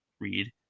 read